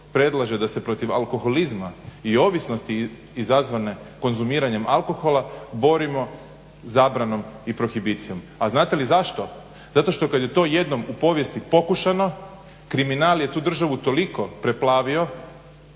predlaže da se protiv alkoholizma i ovisnosti izazvane konzumiranjem alkohola borimo zabranom i prohibicijom. A znate li zašto? Zato što kad je to jednom u povijesti pokušano kriminal je tu državu toliko preplavio